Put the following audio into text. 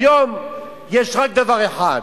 היום יש רק דבר אחד: